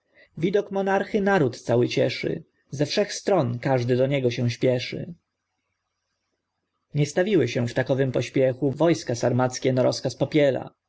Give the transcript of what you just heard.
widok monarchy cały naród cieszy ze wszech stron każdy do niego się śpieszy nie stawiły się w takowym pośpiechu wojska sarmackie na rozkaz popiela